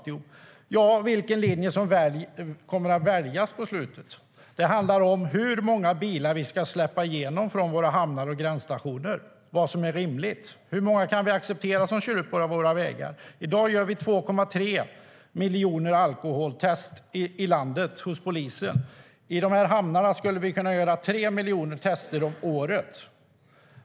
Vilken linje kommer att väljas till slut? Det handlar om hur många bilar vi ska släppa igenom i våra hamnar och gränsstationer, vad som är rimligt. Hur många kan vi acceptera som kör på våra vägar? I dag gör vi 2,3 miljoner alkoholtester i landet hos polisen. I de här hamnarna skulle vi kunna göra 3 miljoner tester om året.